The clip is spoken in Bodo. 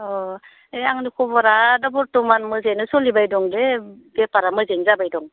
अह ए आंनि खबरा दा बरथ'मान मोजाङैनो सलिबाय दं दे बेफारा मोजाङै जाबाय दं